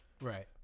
Right